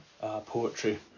poetry